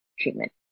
treatment